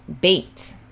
bait